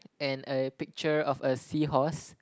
and a picture of a seahorse